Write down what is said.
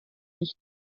nicht